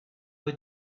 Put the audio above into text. were